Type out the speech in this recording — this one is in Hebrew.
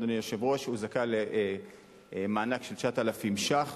אדוני היושב-ראש, הוא זכאי למענק של 9,000 ש"ח.